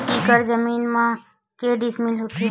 एक एकड़ जमीन मा के डिसमिल होथे?